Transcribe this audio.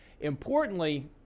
importantly